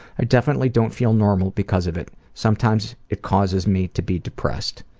i definitely don't feel normal because of it. sometimes it causes me to be depressed.